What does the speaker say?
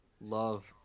love